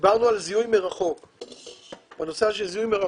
ראשון צריך לדעת,